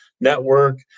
network